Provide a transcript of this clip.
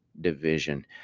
division